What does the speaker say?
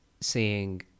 seeing